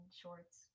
shorts